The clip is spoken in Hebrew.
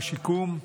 שיקום.